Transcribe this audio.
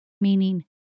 meaning